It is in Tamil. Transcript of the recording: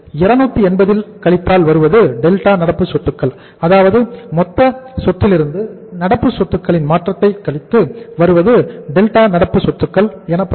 280 ல் கழித்தால் வருவது டெல்டா நடப்பு சொத்துக்கள் எனப்படுகிறது